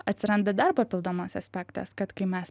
atsiranda dar papildomas aspektas kad kai mes